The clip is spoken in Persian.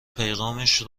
پیغامش